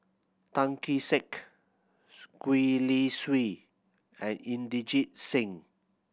Tan Kee Sek Gwee Li Sui and Inderjit Singh